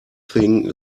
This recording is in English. thing